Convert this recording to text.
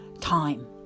time